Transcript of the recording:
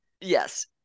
yes